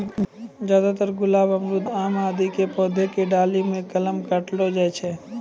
ज्यादातर गुलाब, अमरूद, आम आदि के पौधा के डाली मॅ कलम काटलो जाय छै